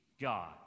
God